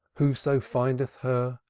whoso findeth her,